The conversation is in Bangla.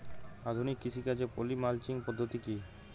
আধুনিক কৃষিকাজে পলি মালচিং পদ্ধতি কি?